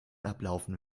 ablaufen